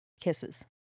kisses